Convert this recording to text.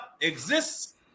exists